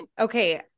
Okay